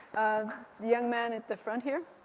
ah the young man at the front here.